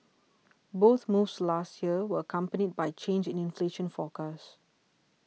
both moves last year were accompanied by changes in inflation forecast